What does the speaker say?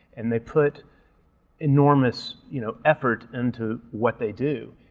and they put enormous you know effort into what they do,